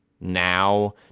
now